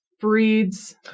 Breeds